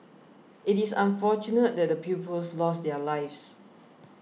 it is unfortunate that the pupils lost their lives